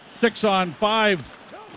six-on-five